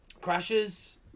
crashes